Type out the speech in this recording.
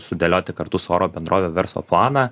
sudėlioti kartu su oro bendrove verslo planą